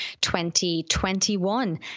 2021